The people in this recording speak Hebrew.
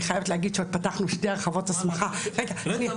אני חייבת להגיד שפתחנו שתי הרחבות הסמכה --- תקשיבי,